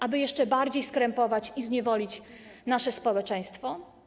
Aby jeszcze bardziej skrępować i zniewolić nasze społeczeństwo?